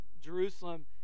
Jerusalem